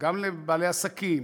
גם לבעלי עסקים,